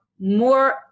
more